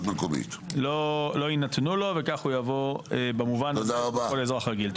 לא יינתנו לו וכך יבוא במובן הזה כמו כל אזרח רגיל.